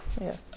Yes